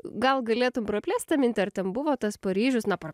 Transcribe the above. gal galėtum praplėst tą mintį ar ten buvo tas paryžius na pra